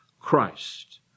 Christ